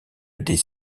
des